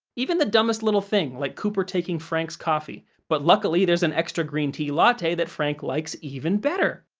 even the dumbest little thing, like cooper taking frank's coffee, but luckily there's an extra green tea latte that frank likes even better!